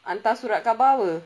hantar surat khabar apa